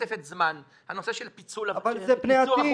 תוספת הזמן, נושא פיצול --- אבל זה פני עתיד.